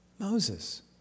Moses